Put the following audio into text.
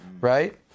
right